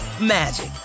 magic